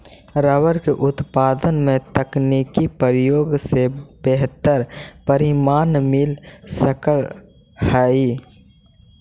rubber के उत्पादन में तकनीकी प्रयोग से बेहतर परिणाम मिल सकऽ हई